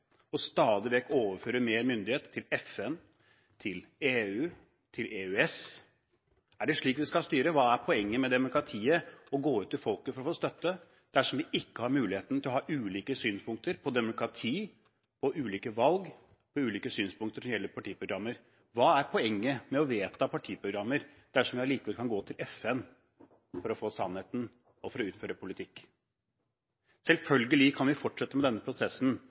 stadig vekk å overføre mer myndighet til FN, til EU, til EØS? Er det slik vi skal styre? Hva er poenget med demokratiet, å gå ut til folket for å få støtte, dersom vi ikke har muligheten til å ha ulike synspunkter på demokrati, på ulike valg, på ulike synspunkter til hele partiprogrammer? Hva er poenget med å vedta partiprogrammer dersom vi allikevel kan gå til FN for å få sannheten og for å utføre politikk? Selvfølgelig kan vi fortsette med denne prosessen